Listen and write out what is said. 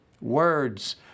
words